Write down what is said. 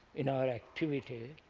in our activity